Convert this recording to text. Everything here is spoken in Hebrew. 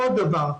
עוד דבר,